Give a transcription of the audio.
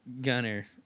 Gunner